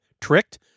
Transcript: Tricked